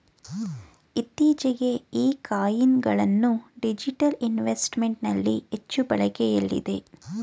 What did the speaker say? ಇತ್ತೀಚೆಗೆ ಈ ಕಾಯಿನ್ ಗಳನ್ನ ಡಿಜಿಟಲ್ ಇನ್ವೆಸ್ಟ್ಮೆಂಟ್ ನಲ್ಲಿ ಹೆಚ್ಚು ಬಳಕೆಯಲ್ಲಿದೆ